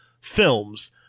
films